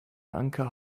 anker